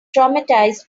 traumatized